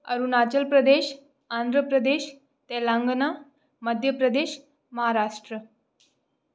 Arunachal Pradesh Andhra Pradesh Telangana Madhya Pradesh Maharashtra